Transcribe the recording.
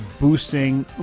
boosting